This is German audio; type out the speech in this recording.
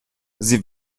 sie